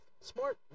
Smart